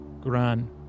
Gran